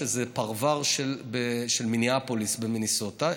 שזה פרבר של מיניאפוליס במינסוטה,